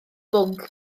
bwnc